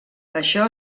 això